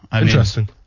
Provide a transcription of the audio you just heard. Interesting